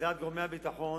לדעת גורמי הביטחון,